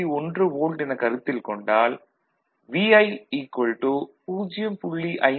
1 volt என கருத்தில் கொண்டால் Vi 0